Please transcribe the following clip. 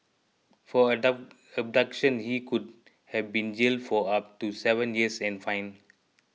for abduction he could have been jailed for up to seven years and fined